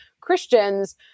Christians